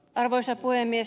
arvoisa puhemies